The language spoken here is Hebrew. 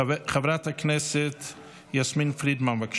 חברת הכנסת יסמין פרידמן, בבקשה.